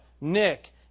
Nick